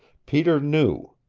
peter knew.